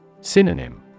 Synonym